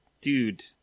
dude